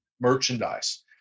merchandise